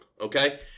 okay